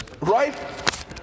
right